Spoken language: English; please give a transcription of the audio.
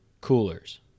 coolers